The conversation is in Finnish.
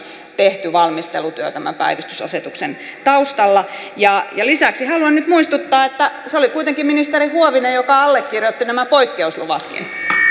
tehty valmistelutyö tämän päivystysasetuksen taustalla lisäksi haluan nyt muistuttaa että se oli kuitenkin ministeri huovinen joka allekirjoitti nämä poikkeusluvatkin